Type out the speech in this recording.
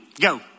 Go